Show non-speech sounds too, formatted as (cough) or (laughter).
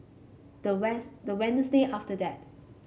the west the (unintelligible) after that